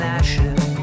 ashes